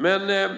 Men